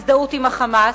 בהפגנת הזדהות עם ה"חמאס",